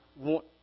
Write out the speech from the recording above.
want